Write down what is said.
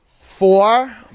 Four